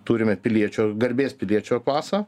turime piliečio garbės piliečio pasą